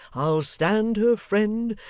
i'll stand her friend,